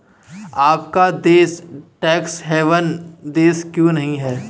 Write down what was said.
अपना देश tax haven देश क्यों नहीं है?